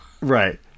Right